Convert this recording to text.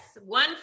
one